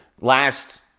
last